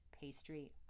pastry